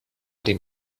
dem